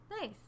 Nice